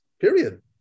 period